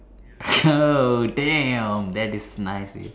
oh damn that is nice with